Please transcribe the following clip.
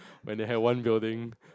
when they had one building